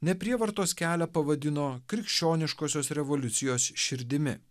neprievartos kelią pavadino krikščioniškosios revoliucijos širdimi